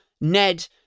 ned